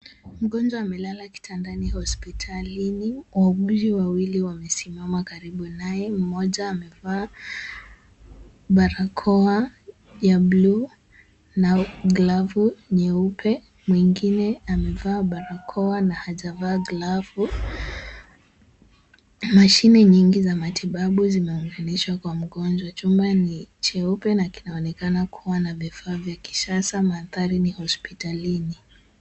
Mgonjwa amelala kitandani hospitalini, wauguzi wawili wamesimama karibu naye. Mmoja amevaa barakoa ya bluu na glavu nyeupe, mwingine amevaa barakoa na hajavaa glavu. Mashine nyingi za matibabu zimeunganishwa kwa mgonjwa. Chumba ni cheupe na kinaonekana kuwa na vifaa vya kisasa, mandhari ni hospitalini.